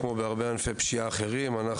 כמו בענפי פשיעה אחרים,